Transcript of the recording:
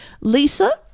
Lisa